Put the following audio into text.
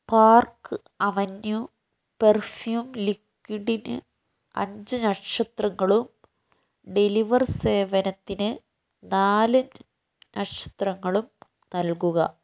park Avenue perfume ലിക്വിഡിന് അഞ്ചു നക്ഷത്രങ്ങളും ഡെലിവർ സേവനത്തിന് നാല് നക്ഷത്രങ്ങളും നൽകുക